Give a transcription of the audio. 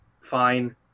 Fine